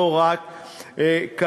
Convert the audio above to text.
לא רק כלכלית.